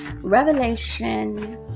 Revelation